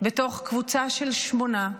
בתוך קבוצה של שמונה,